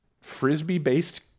frisbee-based